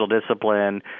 discipline